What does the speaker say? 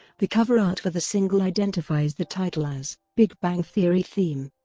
the cover art for the single identifies the title as big bang theory theme.